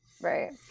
right